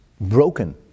broken